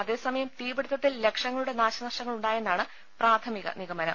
അതേസമയം തീപിടിത്തതിൽ ലക്ഷങ്ങളുടെ നാശനഷ്ടങ്ങളുണ്ടാ യെന്നാണ് പ്രാഥമിക നിഗമനം